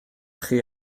chi